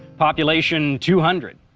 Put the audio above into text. population two hundred.